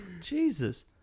Jesus